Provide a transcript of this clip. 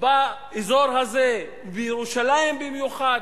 באזור הזה, בירושלים במיוחד,